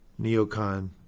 neocon